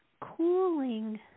cooling